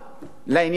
לעניין הזה.